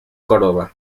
córdoba